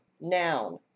noun